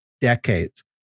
decades